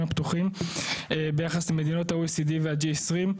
הפתוחים ביחס למדינות ה-OECD וה-J20.